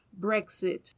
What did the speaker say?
Brexit